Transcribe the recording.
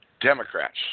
Democrats